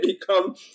become